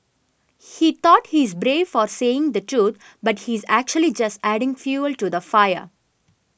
he thought he's brave for saying the truth but he's actually just adding fuel to the fire